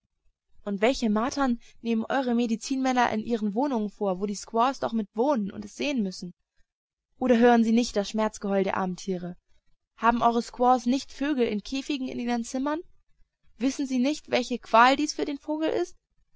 und solche martern nehmen eure medizinmänner in ihren wohnungen vor wo die squaws doch mit wohnen und es sehen müssen oder hören sie nicht das schmerzgeheul der armen tiere haben eure squaws nicht vögel in käfigen in ihren zimmern wissen sie nicht welche qual dies für den vogel ist